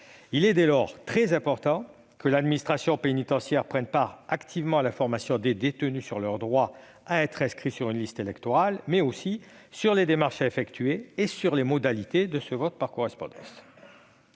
Il est dès lors très important que l'administration pénitentiaire prenne part activement à l'information des détenus sur leur droit à être inscrits sur une liste électorale, mais aussi sur les démarches à effectuer et sur les modalités du vote par correspondance.